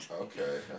Okay